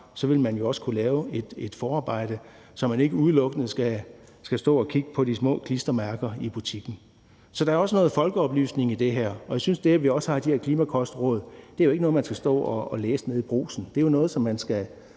ville man jo kunne lave et forarbejde, så man ikke udelukkende skulle stå og kigge på de små klistermærker i butikken. Så der er også noget folkeoplysning i det her. Og i forhold til de her klimakostråd er det jo ikke noget, man skal stå og læse nede i brugsen – det er jo noget, som man skal